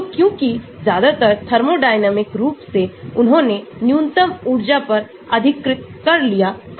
तो क्योंकि ज्यादातर थर्मोडायनामिक रूप से उन्होंने न्यूनतम ऊर्जा पर अधिकृत कर लिया था